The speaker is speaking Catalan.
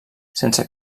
sense